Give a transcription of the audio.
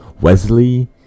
wesley